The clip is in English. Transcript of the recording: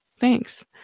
Thanks